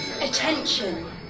Attention